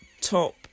top